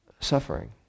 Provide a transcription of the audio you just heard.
suffering